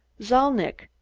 zalnitch!